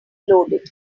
loaded